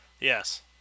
Yes